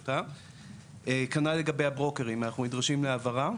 כנ"ל לגבי הברוקרים; אנחנו נדרשים להבהרה: